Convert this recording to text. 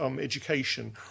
education